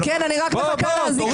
טלי, עדיף